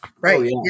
Right